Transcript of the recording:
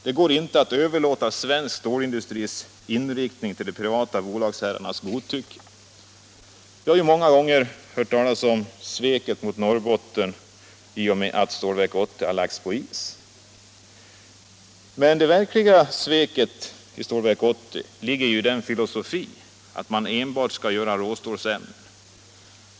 Det går inte att överlåta svensk stålindustris inriktning till de privata bolagsherrarnas godtycke. Vi har många gånger hört talas om sveket mot Norrbotten i och med att Stålverk 80 lagts på is. Men det verkliga sveket i detta sammanhang ligger i filosofin att man enbart skall göra råstålsämnen.